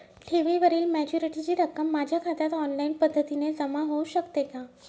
ठेवीवरील मॅच्युरिटीची रक्कम माझ्या खात्यात ऑनलाईन पद्धतीने जमा होऊ शकते का?